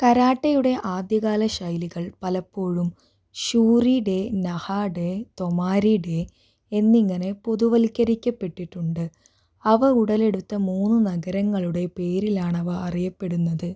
കരാട്ടെയുടെ ആദ്യകാല ശൈലികൾ പലപ്പോഴും ഷൂറിടെ നഹാടെ തൊമാരിടെ എന്നിങ്ങനെ പുതുവൽക്കരിക്കപ്പെട്ടിട്ടുണ്ട് അവ ഉടലെടുത്ത മൂന്ന് നഗരങ്ങളുടെ പേരിലാണവ അറിയപ്പെടുന്നത്